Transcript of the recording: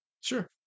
Sure